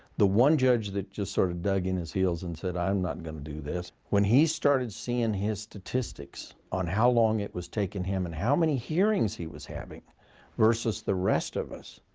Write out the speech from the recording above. the one judge that just sort of dug in his heels and said, i'm not going to do this. when he started seeing his statistics on how long it was taking him and how many hearings he was having versus the rest of us,